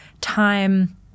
time